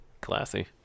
Classy